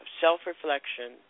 self-reflection